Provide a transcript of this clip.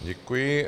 Děkuji.